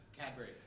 Cadbury